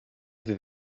ddydd